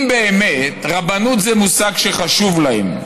אם באמת רבנות זה מושג שחשוב להם,